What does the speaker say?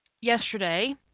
Yesterday